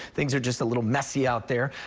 things are just a little messy out there.